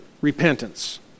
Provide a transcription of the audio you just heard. repentance